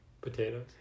Potatoes